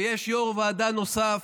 ויש יו"ר ועדה נוסף,